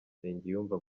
nsengiyumva